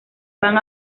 van